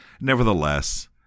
Nevertheless